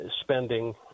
spending